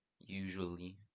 usually